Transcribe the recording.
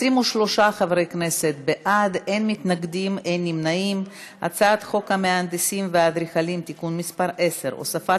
ההצעה להעביר את הצעת חוק המהנדסים והאדריכלים (תיקון מס' 10) (הוספת